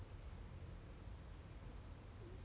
怎样 take turn like you ask crew all that ha